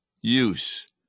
use